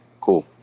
cool